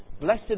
Blessed